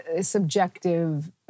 subjective